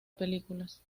películas